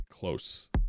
Close